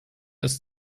ist